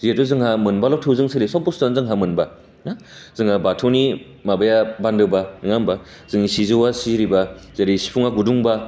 जेहेथु जोंहा मोनबाल' थोंजों सोलियो सब बुस्थुआनो जोंहा मोनबा ना जोङो बाथौनि माबाय बान्दोबा नङा होनबा जोंनि सिजौआ सिरिबा जेरै सिफुङा गुदुंबा